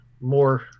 more